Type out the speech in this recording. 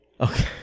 Okay